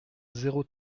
zéro